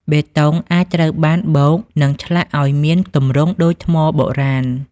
បេតុងអាចត្រូវបានបូក និងឆ្លាក់ឱ្យមានទម្រង់ដូចថ្មបុរាណ។